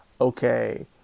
okay